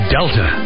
Delta